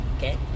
Okay